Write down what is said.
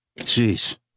Jeez